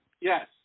Yes